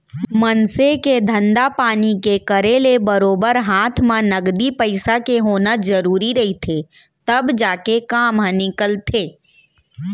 मनसे के धंधा पानी के करे ले बरोबर हात म नगदी पइसा के होना जरुरी रहिथे तब जाके काम ह निकलथे